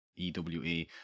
EWE